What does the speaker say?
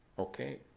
ok,